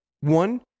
One